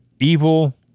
evil